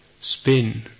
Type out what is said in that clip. Spin